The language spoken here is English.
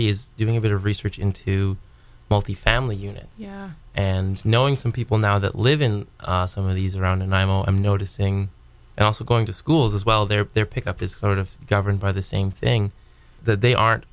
doing a bit of research into wealthy family units yeah and knowing some people now that live in some of these around and i know i'm noticing and also going to schools as well they're there pick up his herd of governed by the same thing that they aren't